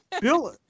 Bill